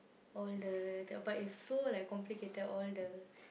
all the d~ but it's so like complicated all the